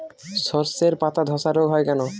শর্ষের পাতাধসা রোগ হয় কেন?